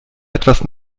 etwas